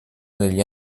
negli